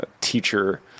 teacher